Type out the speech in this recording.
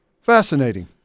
Fascinating